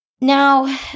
Now